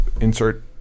insert